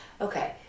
Okay